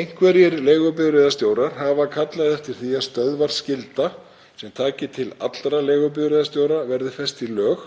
Einhverjir leigubifreiðastjórar hafa kallað eftir því að stöðvaskylda sem taki til allra leigubifreiðastjóra verði fest í lög